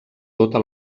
tota